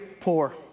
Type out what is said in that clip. poor